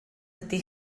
dydy